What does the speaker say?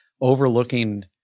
overlooking